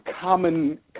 common